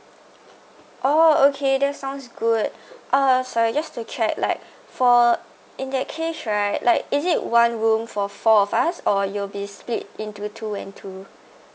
oh okay that sounds good um sorry just to check like for in that case right like is it one room for four of us or you will split into two and two